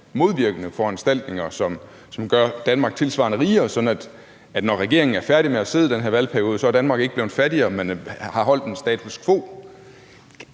modvirkende foranstaltninger, som gør Danmark tilsvarende rigere, sådan at når regeringen er færdig med at sidde i den her valgperiode, så er Danmark ikke blevet fattigere, men har holdt status quo.